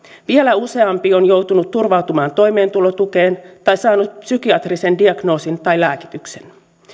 vielä useampi on joutunut turvautumaan toimeentulotukeen tai saanut psykiatrisen diagnoosin tai lääkityksen